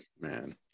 man